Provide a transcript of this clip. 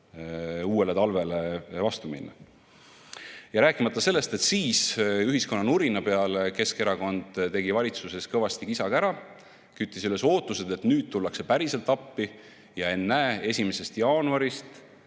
uuele talvele vastu minna. Rääkimata sellest, et ühiskonna nurina peale tegi Keskerakond siis valitsuses kõvasti kisa-kära, küttis üles ootused, et nüüd tullakse päriselt appi, ja ennäe, 1. jaanuarist